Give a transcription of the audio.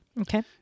Okay